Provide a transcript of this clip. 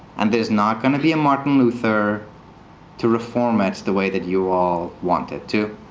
and there's not going to be a martin luther to reform us the way that you all want it to.